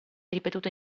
ripetuto